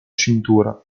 cintura